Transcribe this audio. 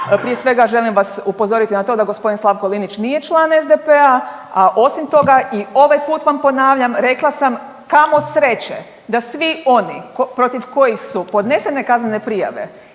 Prije svega želim vas upozoriti na to da g. Slavko Linić nije član SDP-a, a osim toga i ovaj put vam ponavljam rekla sam kamo sreće da svi oni protiv kojih su podnesene kaznene prijave